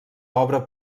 obra